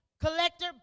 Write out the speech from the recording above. collector